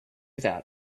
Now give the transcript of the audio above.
that